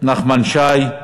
נחמן שי,